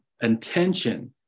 intention